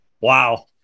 Wow